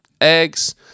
eggs